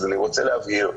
אני רוצה להבהיר,